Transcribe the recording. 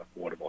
affordable